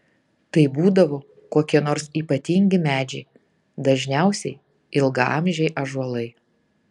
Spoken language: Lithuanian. tai būdavo kokie nors ypatingi medžiai dažniausiai ilgaamžiai ąžuolai